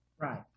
right